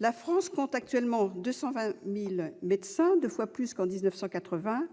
La France compte actuellement 220 000 médecins, soit deux fois plus qu'en 1980.